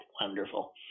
wonderful